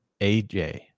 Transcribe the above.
aj